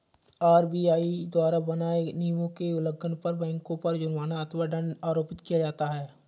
RBI द्वारा बनाए नियमों के उल्लंघन पर बैंकों पर जुर्माना अथवा दंड आरोपित किया जाता है